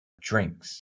drinks